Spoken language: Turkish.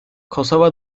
kosova